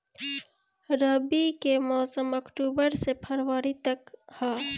रबी के मौसम अक्टूबर से फ़रवरी तक ह